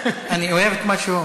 אני אוהב את מה שהוא אומר.